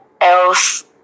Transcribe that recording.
else